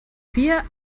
vier